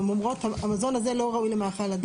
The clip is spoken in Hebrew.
הן אומרות המזון הזה לא ראוי למאכל אדם.